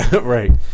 right